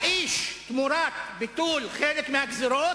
האיש, תמורת ביטול חלק מהגזירות,